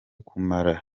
kumara